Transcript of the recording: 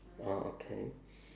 orh okay